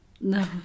No